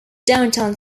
downtown